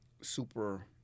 super